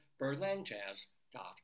birdlandjazz.com